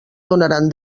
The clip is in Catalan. donaran